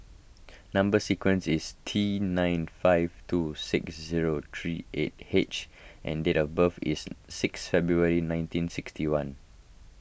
Number Sequence is T nine five two six zero three eight H and date of birth is sixth February nineteen sixty one